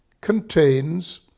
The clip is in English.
contains